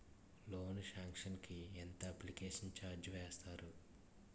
Loan sanction కి ఎంత application charge వేస్తారు?